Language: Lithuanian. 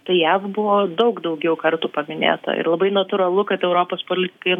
tai jav buvo daug daugiau kartų paminėta ir labai natūralu kad europos politikai